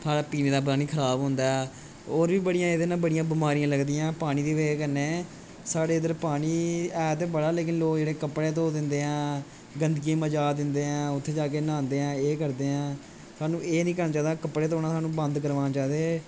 थोह्ड़ा पीने आह्ला पानी खराब होंदा ऐ होर बी इदे कन्नै बड़ियां बमारियांं लगदियां पानी दी बजैह् कन्नै साढ़े इधर पानी ऐ ते बड़ा पर साढ़े इधर लोक जेह्ड़े कपड़े धो दिंदे आं गंदगी मचा दिंदेआं उत्थै जांदेआं एह् करदेआं साह्नू एह् नीं करना चाहिदा साह्नू बंद करवाने चाहिदे